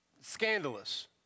Scandalous